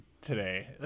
today